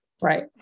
right